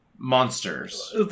Monsters